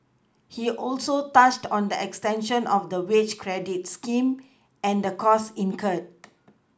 he also touched on the extension of the wage credit scheme and the costs incurred